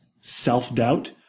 self-doubt